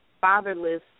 fatherless